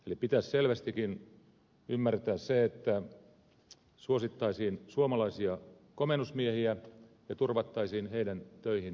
eli pitäisi selvästikin ymmärtää se että suosittaisiin suomalaisia komennusmiehiä ja turvattaisiin heidän töihin saamisensa